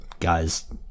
guys